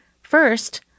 First